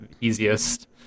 easiest